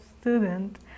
student